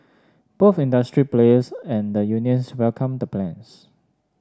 both industry players and the unions welcomed the plans